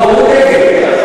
לא אמרו דגל.